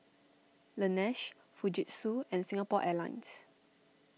Laneige Fujitsu and Singapore Airlines